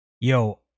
Yo